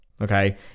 okay